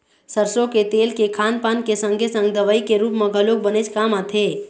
सरसो के तेल के खान पान के संगे संग दवई के रुप म घलोक बनेच काम आथे